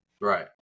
Right